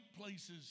places